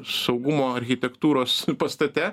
saugumo architektūros pastate